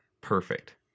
perfect